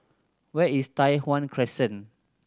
where is Tai Hwan Crescent